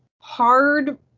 hard